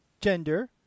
Gender